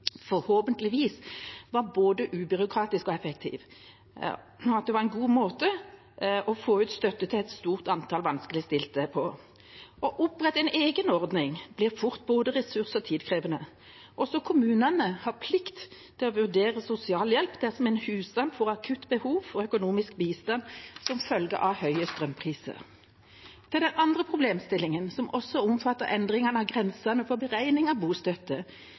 forhåpentligvis var både ubyråkratisk og effektiv, og at det var en god måte å få ut støtte til et stort antall vanskeligstilte på. Å opprette en egen ordning blir fort både ressurskrevende og tidkrevende. Også kommunene har plikt til å vurdere sosialhjelp dersom en husstand får akutt behov for økonomisk bistand som følge av høye strømpriser. Til den andre problemstillingen, som også omfatter endring av grensene for beregning av bostøtte,